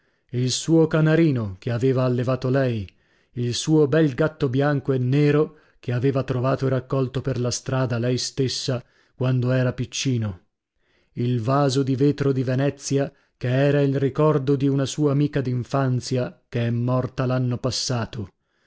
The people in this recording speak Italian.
il suo canarino che aveva allevato lei il suo bel gatto bianco e nero che aveva trovato e raccolto per la strada lei stessa quando era piccino il vaso di vetro di venezia che era il ricordo di una sua amica d'infanzia che è morta l'anno passato